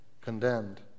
Condemned